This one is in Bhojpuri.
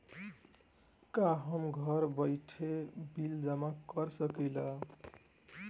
का हम घर बइठे बिल जमा कर शकिला?